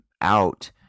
out